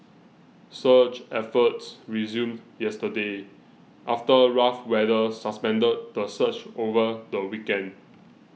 search efforts resumed yesterday after rough weather suspended the search over the weekend